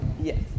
Yes